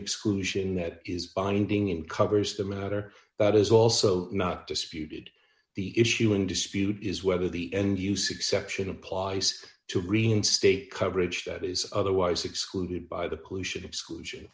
exclusion that is binding in covers the matter that is also not disputed the issue in dispute is whether the end use exception applies to reinstate coverage that is otherwise excluded by the pollution exclusion